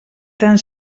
tan